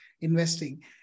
investing